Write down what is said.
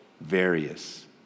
Various